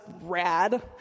rad